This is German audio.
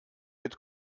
mit